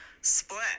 split